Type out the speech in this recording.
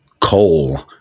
Coal